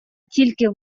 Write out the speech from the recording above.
тільки